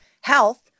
health